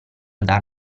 dar